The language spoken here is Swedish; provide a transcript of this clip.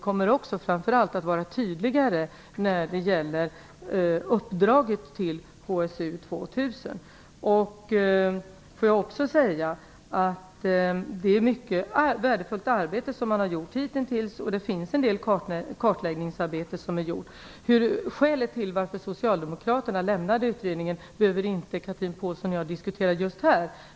Framför allt kommer vi att vara tydligare när det gäller uppdraget till HSU Det är ett mycket värdefullt arbete som har gjorts hittills. Det har gjorts en del kartläggningsarbeten. Skälet till att socialdemokraterna lämnade utredningen behöver inte Chatrine Pålsson och jag diskutera just nu.